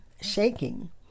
shaking